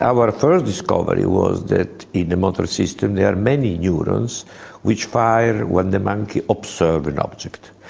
our first discovery was that in the motor system there are many neurons which fire when the monkey observes an object.